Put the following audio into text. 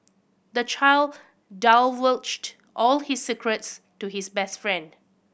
the child divulged all his secrets to his best friend